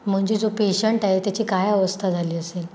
म्हणजे जो पेशंट आहे त्याची काय अवस्था झाली असेल